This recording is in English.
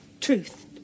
truth